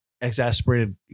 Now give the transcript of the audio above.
exasperated